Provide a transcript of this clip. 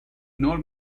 nor